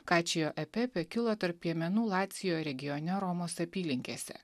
kačijo e pepe kilo tarp piemenų lacijo regione romos apylinkėse